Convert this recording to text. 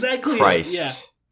Christ